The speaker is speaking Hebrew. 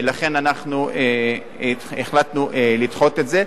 לכן אנחנו החלטנו לדחות את זה,